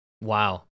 Wow